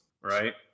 right